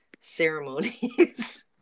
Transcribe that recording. ceremonies